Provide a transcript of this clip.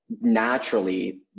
naturally